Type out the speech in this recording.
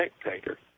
spectator